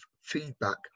feedback